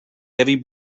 heavy